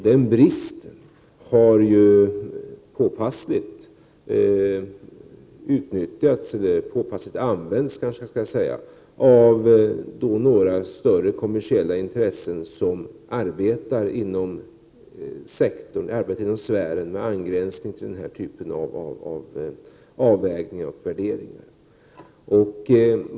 Den bristen har påpassligt använts av några större kommersiella intressen som arbetar inom sfären med angränsning till den här typen av avvägningar och värderingar.